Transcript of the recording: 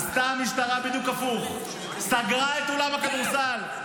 עשתה משטרה בדיוק הפוך: סגרה את אולם הכדורסל.